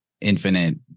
infinite